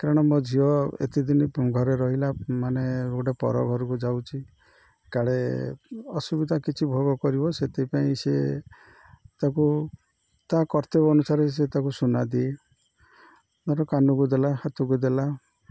କାରଣ ମୋ ଝିଅ ଏତେଦିନ ଘରେ ରହିଲା ମାନେ ଗୋଟେ ପର ଘରକୁ ଯାଉଛି କାଳେ ଅସୁବିଧା କିଛି ଭୋଗ କରିବ ସେଥିପାଇଁ ସେ ତାକୁ ତା କର୍ତ୍ତବ୍ୟ ଅନୁସାରେ ସେ ତାକୁ ସୁନା ଦିଏ ଧର କାନକୁ ଦେଲା ହାତକୁ ଦେଲା